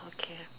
okay